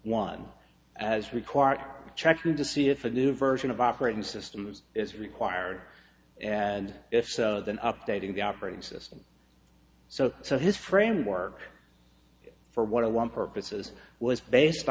one as required checking to see if a new version of operating systems is required and if so then updating the operating system so so his framework for what i want purposes was based